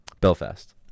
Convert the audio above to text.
Belfast